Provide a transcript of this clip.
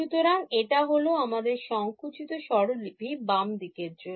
সুতরাং এটা হলো আমাদের সংকুচিত স্বরলিপি বাম দিকের জন্য